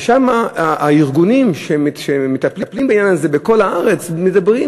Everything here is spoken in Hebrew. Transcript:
ושם הארגונים שמטפלים בעניין הזה בכל הארץ מדברים,